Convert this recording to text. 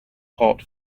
hot